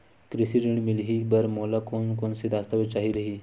कृषि ऋण मिलही बर मोला कोन कोन स दस्तावेज चाही रही?